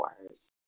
Wars